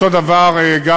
אותו דבר גם